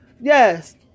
Yes